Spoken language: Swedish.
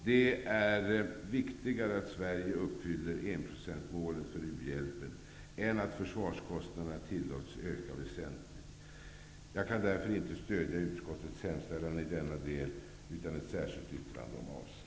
Det är viktigare att Sverige uppfyller enprocentsmålet för u-hjälpen än att försvarskostnaderna tillåts öka väsentligt. Jag kan därför inte stödja utskottets hemställan i denna del utan har ett särskilt yttrande om avslag.